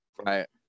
right